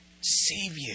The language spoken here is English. Savior